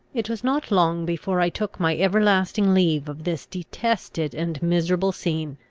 it was not long before i took my everlasting leave of this detested and miserable scene.